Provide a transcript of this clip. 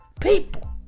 people